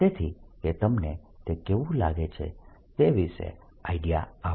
તેથી કે તમને તે કેવું લાગે છે તે વિષે આઈડિયા આવે